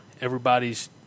Everybody's